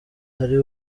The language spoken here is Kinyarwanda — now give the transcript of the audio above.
ari